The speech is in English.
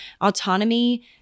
autonomy